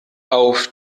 auf